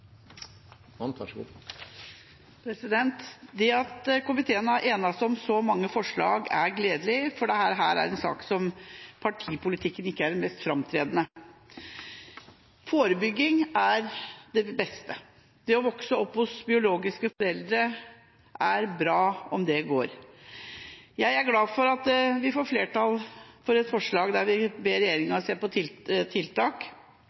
enig om så mange forslag, er gledelig, for dette er en sak hvor partipolitikken ikke er mest framtredende. Forebygging er det beste. Det å vokse opp hos biologiske foreldre er bra, om det går. Jeg er glad for at vi får flertall for et forslag der vi ber regjeringa se på tiltak